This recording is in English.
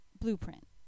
blueprint